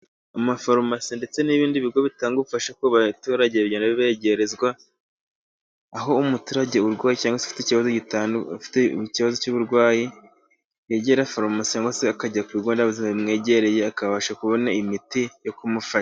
Amafarumasi ndetse n'ibindi bigo bitanga ubufasha ku baturage bigenda bibegerezwa, aho umuturage urwaye cyangwa afite ikibazo afite ikibazo cy'uburwayi yegera farumasi, cyangwa se akajya ku bigo nderabuzima bimwegereye ,akabasha kubona imiti yo kumufasha.